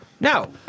Now